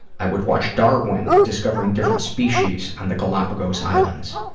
i would watch darwin discovering different species on the galapagos islands.